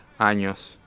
años